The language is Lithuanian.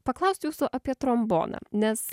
paklaust jūsų apie tromboną nes